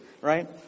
right